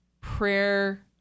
prayer